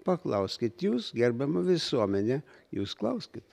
paklauskit jūs gerbiama visuomene jūs klauskit